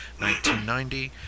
1990